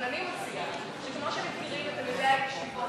אבל אני מציעה שכמו שמכירים את תלמידי הישיבות